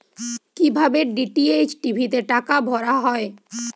কি ভাবে DTH TV তে টাকা ভরা হয়?